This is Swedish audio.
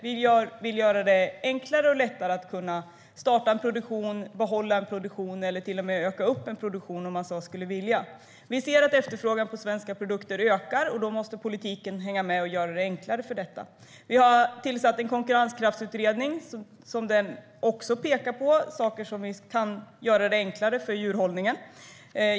Vi vill göra det enklare och lättare att kunna starta, behålla eller till och med öka en produktion, om man så skulle vilja. Vi ser att efterfrågan på svenska produkter ökar, och då måste politiken hänga med och göra detta enklare. Vi har också tillsatt en konkurrenskraftsutredning som pekar på sådant där vi kan göra det enklare för djurhållningen.